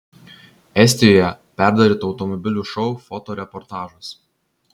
estijoje perdarytų automobilių šou fotoreportažas